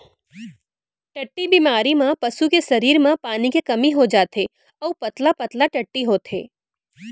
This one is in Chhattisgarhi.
टट्टी बेमारी म पसू के सरीर म पानी के कमी हो जाथे अउ पतला पतला टट्टी होथे